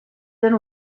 than